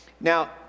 Now